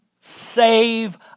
Save